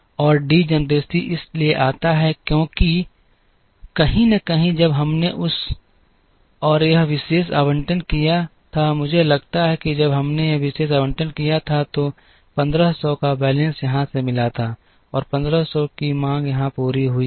और पतन इसलिए आता है क्योंकि कहीं न कहीं जब हमने यह विशेष आवंटन किया था मुझे लगता है कि जब हमने यह विशेष आवंटन किया था तो 1500 का बैलेंस यहां से मिला था और 1500 की मांग यहां पूरी हुई थी